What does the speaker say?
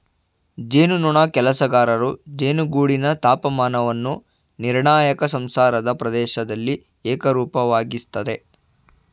ಜೇನುನೊಣ ಕೆಲಸಗಾರರು ಜೇನುಗೂಡಿನ ತಾಪಮಾನವನ್ನು ನಿರ್ಣಾಯಕ ಸಂಸಾರದ ಪ್ರದೇಶ್ದಲ್ಲಿ ಏಕರೂಪವಾಗಿಸ್ತರೆ